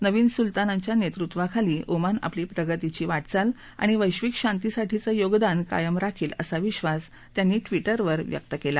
नवीन सुलतानांच्या नेतृत्वाखाली ओमान आपली प्रगतीची वाटचाल आणि वैश्विक शांतीसाठीचं योगदान कायम राखेल असा विश्वास त्यांनी ट्विटरवर व्यक्त केला